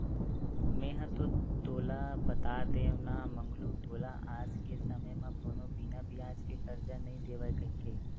मेंहा तो तोला बता देव ना मंगलू तोला आज के समे म कोनो बिना बियाज के करजा नइ देवय कहिके